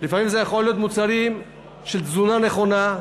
לפעמים זה יכול להיות מוצרים של תזונה נכונה,